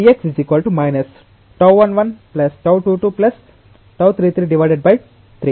px τ11τ 22 τ333 పైన equation ని follow అవ్వండి